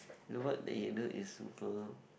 the work that you do is super